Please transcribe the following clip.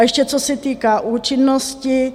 Ještě co se týká účinnosti.